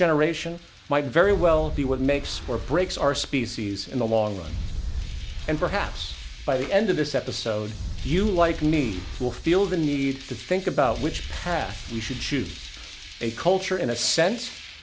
generation might very well be what makes or breaks our species in the long run and perhaps by the end of this episode you like me will feel the need to think about which path you should choose a culture in a sense